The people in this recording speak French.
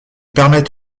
permettent